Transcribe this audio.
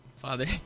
Father